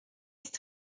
ist